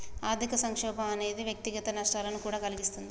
ఆర్థిక సంక్షోభం అనేది వ్యక్తిగత నష్టాలను కూడా కలిగిస్తుంది